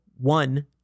one